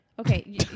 Okay